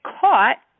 caught